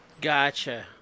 Gotcha